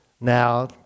Now